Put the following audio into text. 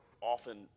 often